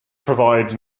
provides